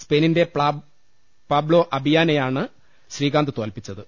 സ്പെയിനിന്റെ പാബ്ലോ അബിയാനെയാണ് ശ്രീകാന്ത് തോൽപ്പിച്ചത്